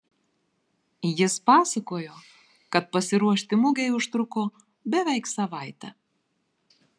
jis pasakojo kad pasiruošti mugei užtruko beveik savaitę